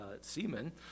seamen